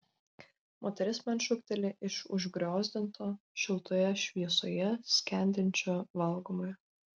moteris man šūkteli iš užgriozdinto šiltoje šviesoje skendinčio valgomojo